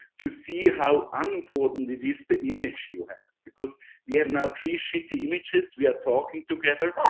to see how unimportant it is, the image you have. because we have now three shitty images. we are talking together.